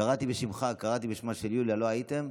קראתי בשמך, קראתי בשמה של יוליה, לא הייתם.